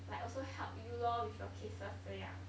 like also help you lor with your cases 这样